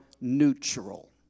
neutral